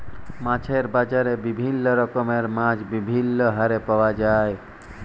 মাছের বাজারে বিভিল্য রকমের মাছ বিভিল্য হারে পাওয়া যায়